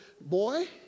boy